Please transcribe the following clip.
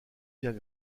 bien